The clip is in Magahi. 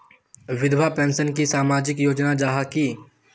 विधवा पेंशन की सामाजिक योजना जाहा की?